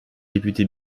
député